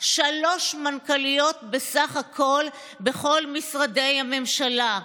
שלוש מנכ"ליות בסך הכול בכל משרדי הממשלה,